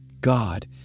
God